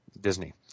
Disney